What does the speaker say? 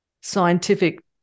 scientific